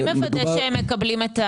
מי מוודא שהם מקבלים?